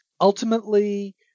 Ultimately